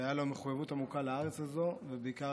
והייתה לו מחויבות עמוקה לארץ הזאת ובעיקר